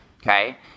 okay